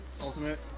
Ultimate